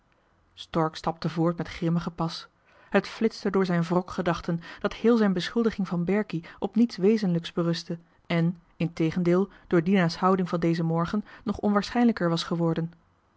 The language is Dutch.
stapte voort met grimmigen pas het flitste door zijn wrok gedachten dat heel zijn beschuldiging van berkie op niets wezenlijks berustte en integendeel door dina's houding van dezen morgen nog onwaarschijnlijker was geworden